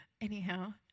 Anyhow